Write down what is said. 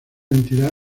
entidad